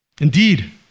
Indeed